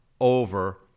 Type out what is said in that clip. over